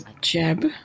Jeb